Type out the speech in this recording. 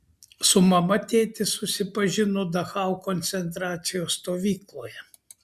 su mama tėtis susipažino dachau koncentracijos stovykloje